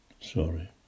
Sorry